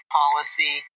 policy